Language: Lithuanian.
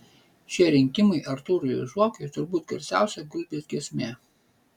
šie rinkimai artūrui zuokui turbūt garsiausia gulbės giesmė